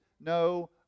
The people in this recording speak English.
no